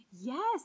Yes